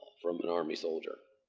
from an army soldier.